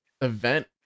event